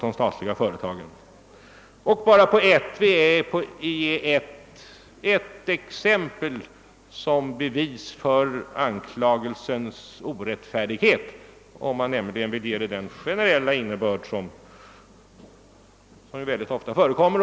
Jag vill bara anföra ett exempel som bevis för anklagelsens orättfärdighet, om man nu vill ge den den generella innebörd som mycket ofta förekommer.